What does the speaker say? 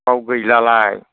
बाव गैलालाय